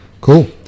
Cool